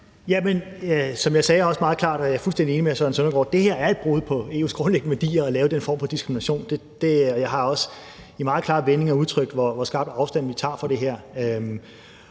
enig med hr. Søren Søndergaard: Det er et brud på EU's grundlæggende værdier at lave den form for diskrimination, og jeg har også i meget klare vendinger udtrykt, hvor skarpt vi tager afstand fra det her,